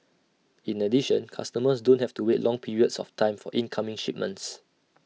in addition customers don't have to wait long periods of time for incoming shipments